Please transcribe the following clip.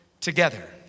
together